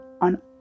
on